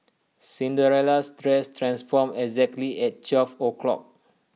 Cinderella's dress transformed exactly at twelve o' clock